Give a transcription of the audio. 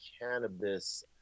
cannabis